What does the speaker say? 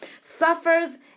Suffers